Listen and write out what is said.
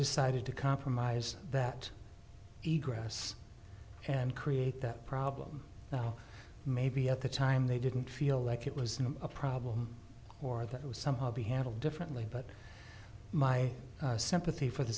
decided to compromise that eager ass and create that problem now maybe at the time they didn't feel like it was a problem or that it was somehow be handled differently but my sympathy for the